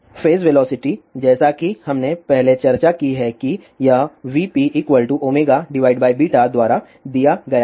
phase velocity जैसा कि हमने पहले चर्चा की है कि यह vpद्वारा दिया गया है